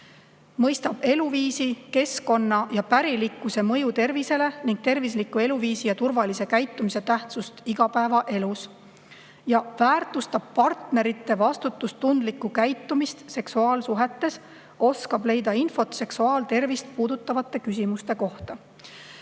mõistab eluviisi, keskkonna ja pärilikkuse mõju tervisele ning tervisliku eluviisi ja turvalise käitumise tähtsust igapäevaelus. Ka väärtustab ta partnerite vastutustundlikku käitumist seksuaalsuhetes ja oskab leida infot seksuaaltervist puudutavate küsimuste kohta.